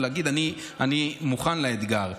ולהגיד: אני מוכן לאתגר.